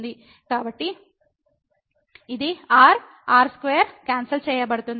కాబట్టి ఇది r r2 cancel చేయబడుతుంది